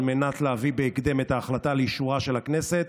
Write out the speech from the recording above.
מנת להביא בהקדם את ההחלטה לאישורה של הכנסת.